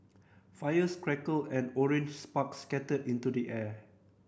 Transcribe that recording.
fires crackled and orange sparks scattered into the air